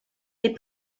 des